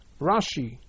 Rashi